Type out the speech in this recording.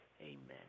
Amen